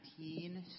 19